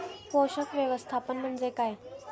पोषक व्यवस्थापन म्हणजे काय?